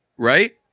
Right